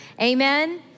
Amen